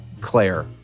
Claire